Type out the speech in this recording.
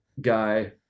guy